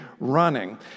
running